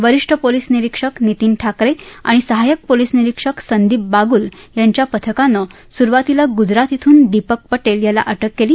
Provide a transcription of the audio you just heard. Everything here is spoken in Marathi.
वरिष्ठ पोलिस निरीक्षक नितिन ठाकरे आणि सहायक पोलिस निरीक्षक संदीप बागुल यांच्या पथकानं सुरुवातीला गुजरात इथून दीपक पटेल याला अटक केली